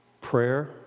prayer